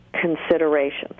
considerations